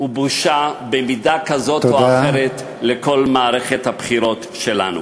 ובושה במידה כזאת או אחרת לכל מערכת הבחירות שלנו.